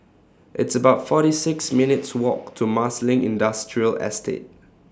It's about forty six minutes' Walk to Marsiling Industrial Estate